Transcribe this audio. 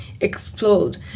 explode